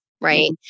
right